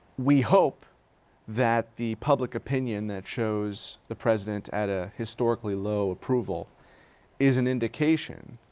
we hope that the public opinion that shows the president at a historically low approval is an indication,